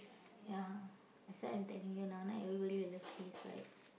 ya so I'm telling you now not everybody will love cheese right